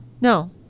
No